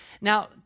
Now